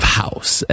house